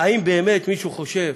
האם באמת מישהו חושב